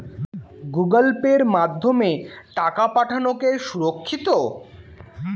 Google Pay মাধ্যমে টাকা পাঠানোকে সুরক্ষিত?